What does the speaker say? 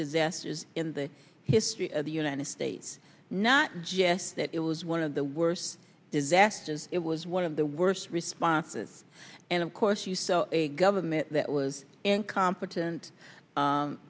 disasters in the history of the united states not just that it was one of the worst disasters it was one of the worst responses and of course you so a government that was incompetent